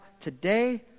today